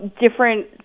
different